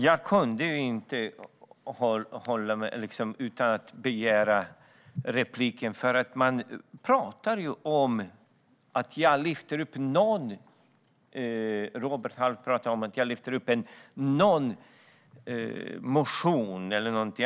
Jag kunde inte hålla mig från att begära replik, för Robert Halef talar om att jag lyfter upp "någon" motion.